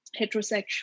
heterosexual